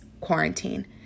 quarantine